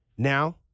Now